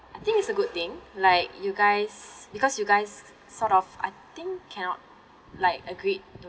I think it's a good thing like you guys because you guys sort of I think cannot like agreed to